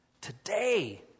today